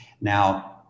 Now